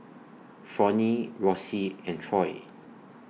Fronnie Rosey and Troy